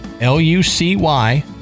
L-U-C-Y